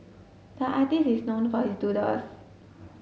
the artist is known for his doodles